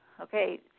Okay